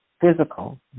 physical